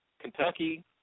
Kentucky